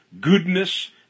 goodness